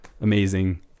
amazing